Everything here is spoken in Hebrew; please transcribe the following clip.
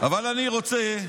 אבל אני רוצה,